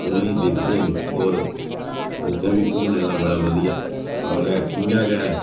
उनेंगी दिखदे न होर उत्थें बी घूमने दा बड़ा बधिया स्थान ऐ इ'यां गै